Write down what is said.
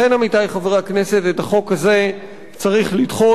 לכן, עמיתי חברי הכנסת, את החוק הזה צריך לדחות.